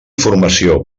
informació